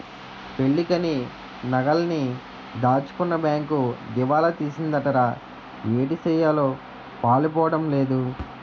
పెళ్ళికని నగలన్నీ దాచుకున్న బేంకు దివాలా తీసిందటరా ఏటిసెయ్యాలో పాలుపోడం లేదు